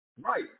Right